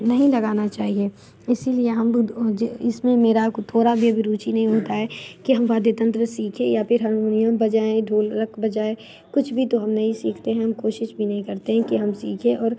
नहीं लगाना चाहिए इस लिए हम इस में मेरे को थोड़ी भी रूचि नहीं होती है कि हम वाद्य तंत्र में सीखें या फिर हरमोनियम बजाएं ढोलक बजाएं कुछ भी तो हम नहीं सीखते हैं हम कोशिश भी नहीं करते हैं कि हम सीखें और